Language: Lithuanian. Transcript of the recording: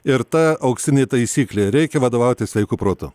ir ta auksinė taisyklė reikia vadovautis sveiku protu